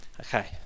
Okay